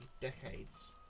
decades